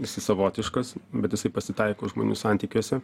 jisai savotiškas bet jisai pasitaiko žmonių santykiuose